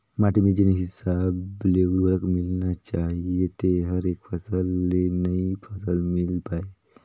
माटी में जेन हिसाब ले उरवरक मिलना चाहीए तेहर एक फसल ले नई फसल मिल पाय